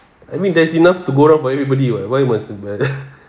I mean there's enough to go around for everybody [what] why was